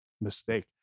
mistake